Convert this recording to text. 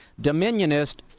dominionist